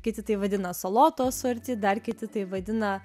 kiti tai vadina salotų asorti dar kiti tai vadina